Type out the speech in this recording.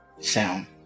sound